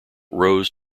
rose